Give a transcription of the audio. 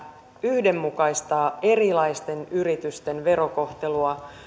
yhdenmukaistaa yrittäjävähennyksellä erilaisten yritysten verokohtelua